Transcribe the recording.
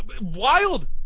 Wild